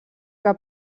que